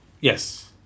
Yes